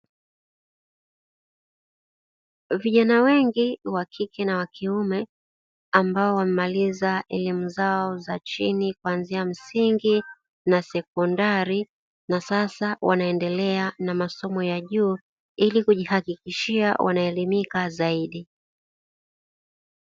Vijana wengi wa kike na wa kiume, ambao wamemaliza elimu zao za chini kuanzia msingi na sekondari, na sasa wanaendelea na masomo ya juu ili kujihakikishia wanaelimika zaidi.